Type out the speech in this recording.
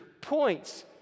points